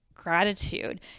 gratitude